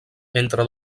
entre